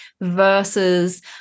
versus